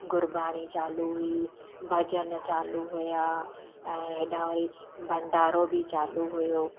गुरबाणी चालू हुई भॼन चालू हुयां ऐं हेॾा वरी भंडारो बि चालू हुयो